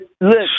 Look